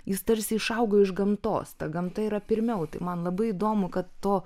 jis tarsi išaugo iš gamtos ta gamta yra pirmiau tai man labai įdomu kad to